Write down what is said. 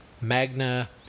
magna